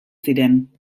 ziren